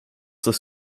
das